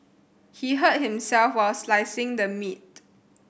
he hurt himself while slicing the meat